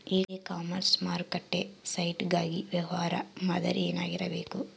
E commerce ಮಾರುಕಟ್ಟೆ site ಗಾಗಿ ವ್ಯವಹಾರ ಮಾದರಿ ಏನಾಗಿರಬೇಕು?